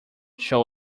show